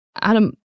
Adam